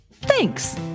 Thanks